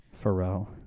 Pharrell